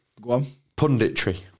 Punditry